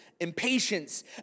impatience